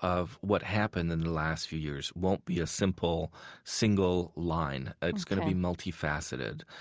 of what happened in the last few years won't be a simple single line ok it's going to be multifaceted